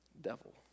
devil